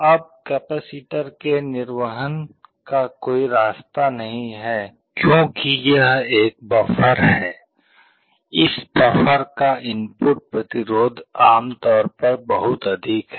अब कैपेसिटर के निर्वहन का कोई रास्ता नहीं है क्योंकि यह एक बफर है इस बफर का इनपुट प्रतिरोध आमतौर पर बहुत अधिक है